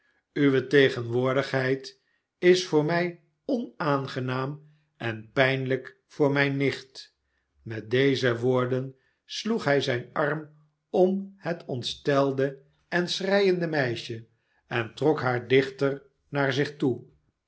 uwe tegenwoordigheid is voor mij onaangenaam en pijnlijk voor mijn nicht met deze woorden sloeg hij zijn arm om het ontstelde en schreiende meisje en trok haar dichter naar zich toe